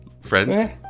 friend